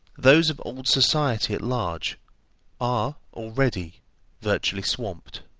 those of old society at large are already virtually swamped.